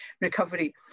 recovery